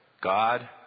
God